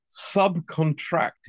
subcontracted